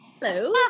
Hello